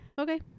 Okay